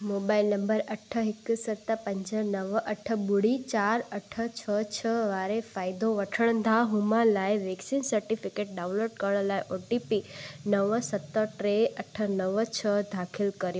mobile number अठ हिकु सत पंज नव अठ ॿुड़ी चारि अठ छह छह वारे फ़ाइदो वठंदड़ा हुमा लाइ वैक्सीन सटिफिकेट डाउनलोड करण लाइ ओटीपी नव सत टे अठ नव छ्ह दाख़िल कयो